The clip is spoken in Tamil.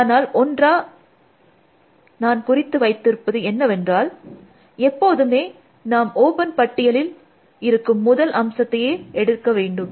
அதனால் ஒன்றா நான் குறித்து வைத்திருப்பது என்னவென்றால் எப்போதுமே நாம் ஓப்பன் பட்டியலில் இருக்கும் முதல் அம்சத்தையே நாம் எடுக்க வேண்டும்